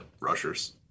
rushers